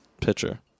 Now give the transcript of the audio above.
pitcher